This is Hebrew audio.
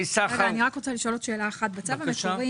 אני רק רוצה לשאול עוד שאלה אחת: בצו המקורי